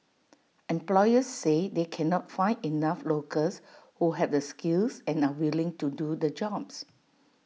employers say they cannot find enough locals who have the skills and are willing to do the jobs